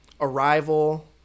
Arrival